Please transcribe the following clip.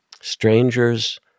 Strangers